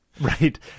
Right